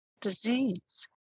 disease